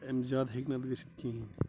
اَمہِ زیادٕ ہیٚکہِ نہٕ اَتھ گٔژھِتھ کِہیٖنٛۍ